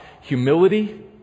humility